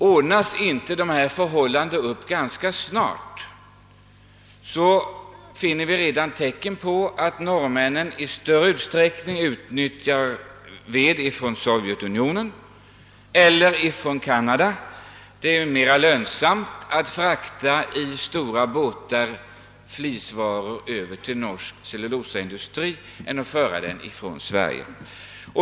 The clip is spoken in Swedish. Ordnas inte dessa förhållanden upp ganska snart, kan norrmännen i större utsträckning ta ved från Sovjetunionen eller Kanada — vi finner redan tecken på detta. Det är ju mera lönsamt att frakta flisvaror i stora båtar till norsk cellulosaindustri än att föra dem från Sverige.